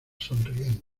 sonriendo